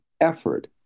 effort